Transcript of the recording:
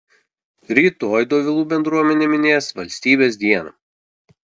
rytoj dovilų bendruomenė minės valstybės dieną